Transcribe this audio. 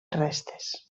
restes